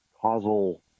causal